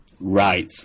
Right